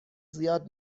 زیاد